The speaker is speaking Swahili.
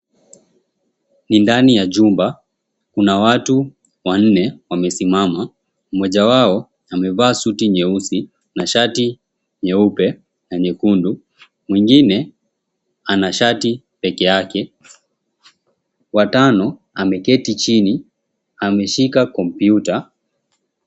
Ni ndani ya jumba, kuna watu wanne wamesimama mmoja wao amevaa suti nyeusi na shati nyeupe na nyekundu mwingine ana shati peke ake wa tano ameketi chini ameshika kompyuta.